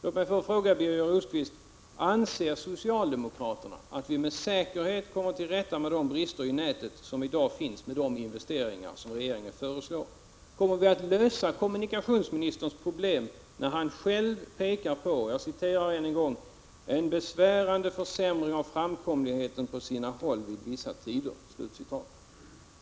Låt mig fråga Birger Rosqvist: Anser socialdemokraterna att vi med säkerhet kommer till rätta med de brister i nätet som i dag finns om vi gör de investeringar som regeringen föreslår? Kommer vi att lösa kommunikationsministerns problem när han själv pekar på — jag citerar än en gång — ”en besvärande försämring av framkomligheten på sina håll vid vissa tider”?